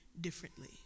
differently